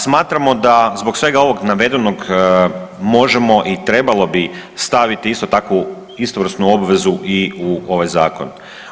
Smatramo da zbog svega ovoga navedenog možemo i trebalo bi staviti isto tako istovrsnu obvezu i u ovaj zakon.